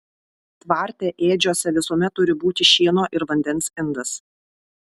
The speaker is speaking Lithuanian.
tvarte ėdžiose visuomet turi būti šieno ir vandens indas